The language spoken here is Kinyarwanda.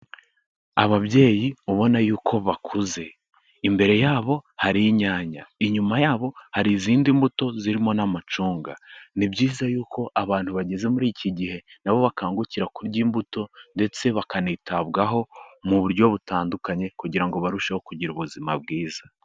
Ababyeyi ubona yuko bakuze imbere yabo hari inyanya, inyuma yabo hari izindi mbuto zirimo n'amacunga, ni byiza yuko abantu bageze muri iki gihe nabo bakangukira kurya imbuto ndetse bakanitabwaho mu buryo butandukanye kugira ngo barusheho kugira ubuzima bwiza.